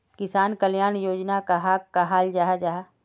किसान कल्याण योजना कहाक कहाल जाहा जाहा?